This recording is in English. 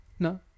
no